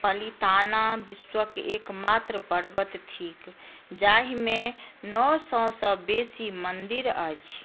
पलिताना विश्वक एकमात्र पर्वत थिक जाहिमे नओ सए सँ बेसी मन्दिर अछि